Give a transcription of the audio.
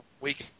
week